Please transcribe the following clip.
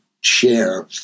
share